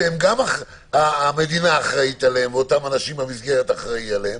שגם המדינה אחראית עליהם ואותם אנשים במסגרת אחראים עליהם,